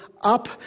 up